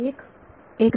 विद्यार्थी 1